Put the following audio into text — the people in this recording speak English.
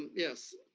yes,